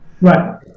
Right